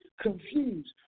confused